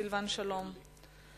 סילבן שלום.